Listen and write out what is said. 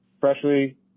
Freshly